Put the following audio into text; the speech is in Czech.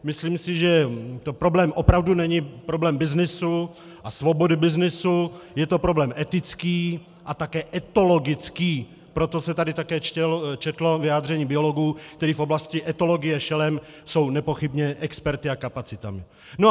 Myslím si, že to opravdu není problém byznysu a svobody byznysu, je to problém etický a také etologický, proto se tady také četlo vyjádření biologů, kteří v oblasti etologie šelem jsou nepochybně experty a kapacitami.